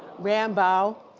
rambo?